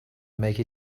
make